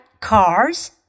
cars